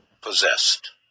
possessed